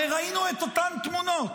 הרי ראינו את אותן תמונות.